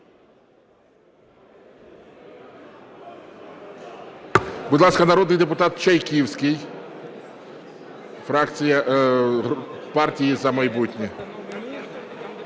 Будь ласка, народний депутат Чайківський, фракція "Партії "За майбутнє".